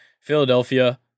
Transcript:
Philadelphia